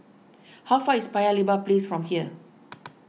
how far away is Paya Lebar Place from here